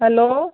hello